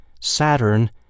Saturn